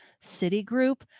Citigroup